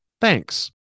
Thanks